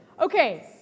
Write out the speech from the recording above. Okay